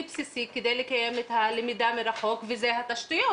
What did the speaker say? בסיסי כדי לקיים את הלמידה מרחוק וזה התשתיות,